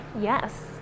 Yes